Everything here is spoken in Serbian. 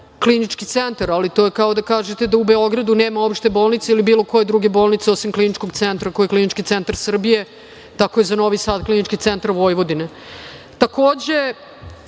Klinički centar, ali to je kao da kažete da u Beogradu nema opšte bolnice ili bilo koje druge bolnice osim Kliničkog centra koji je Klinički centar Srbije. Tako je za Novi Sad Klinički centar Vojvodine. Takođe,